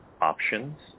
options